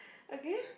okay